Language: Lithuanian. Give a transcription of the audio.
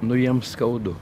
nu jiem skaudu